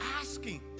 asking